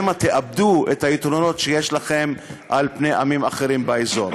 שמא תאבדו את היתרונות שיש לכם על פני עמים אחרים באזור.